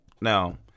now